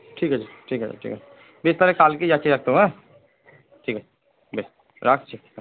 ঠিক আছে ঠিক আছে ঠিক আছে বেশ তাহলে কালকেই যাচ্ছি ডাক্তারবাবু হ্যাঁ ঠিক আছে বেশ রাখছি হ্যাঁ